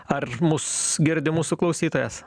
ar mus girdi mūsų klausytojas